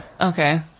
Okay